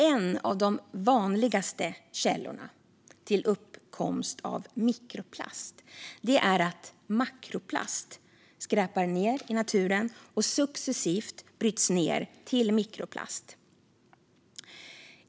En av de vanligaste källorna till uppkomst av mikroplast är att makroplast som skräpar ned i naturen successivt bryts ned till mikroplast.